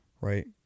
right